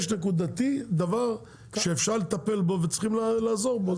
יש נקודתי דבר שאפשר לטפל בו וצריך לעזור בו,